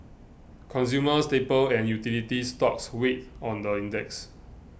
consumer staple and utility stocks weighed on the index